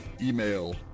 email